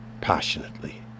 passionately